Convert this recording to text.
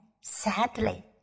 sadly